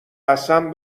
قسم